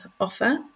offer